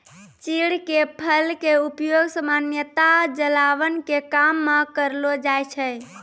चीड़ के फल के उपयोग सामान्यतया जलावन के काम मॅ करलो जाय छै